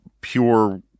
pure